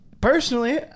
Personally